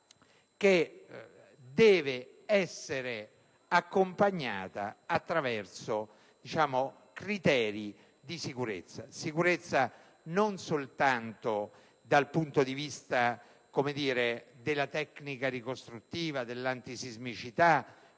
che deve essere accompagnata da criteri di sicurezza, non soltanto dal punto di vista della tecnica ricostruttiva, dell'antisismicità